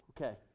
Okay